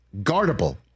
guardable